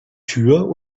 tür